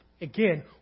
again